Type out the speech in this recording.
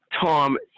Tom